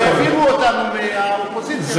והעבירו אותנו מהאופוזיציה לקואליציה?